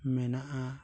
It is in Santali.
ᱢᱮᱱᱟᱜᱼᱟ